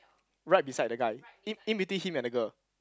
right beside the guy in in between him and the girl